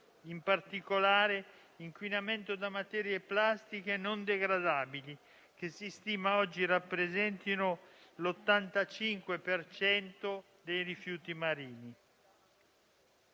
in particolare l'inquinamento da materie plastiche non degradabili, che si stima oggi rappresentino l'85 per cento dei rifiuti marini.